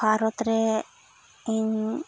ᱵᱷᱟᱨᱚᱛ ᱨᱮ ᱤᱧ